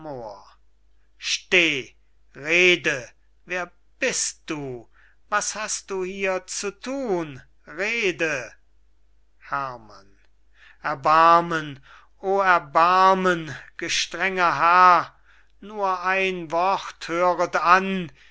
steh rede wer bist du was hast du hier zu thun rede herrmann erbarmen o erbarmen gestrenger herr nur ein wort höret an